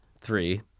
three